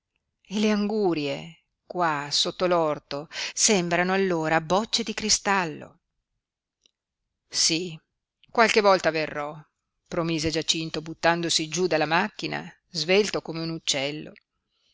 e le angurie qua sotto l'orto sembrano allora bocce di cristallo sí qualche volta verrò promise giacinto buttandosi giú dalla macchina svelto come un uccello